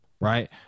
Right